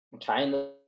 China